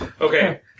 Okay